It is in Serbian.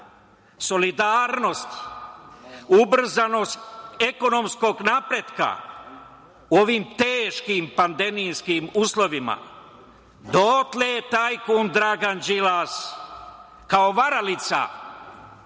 solidarnost, ubrzanost ekonomskog napretka u ovim teškim pandemijskim uslovima, dotle je tajkun Đilas, kao varalica,